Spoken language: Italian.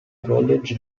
college